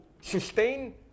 sustain